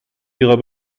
ihrer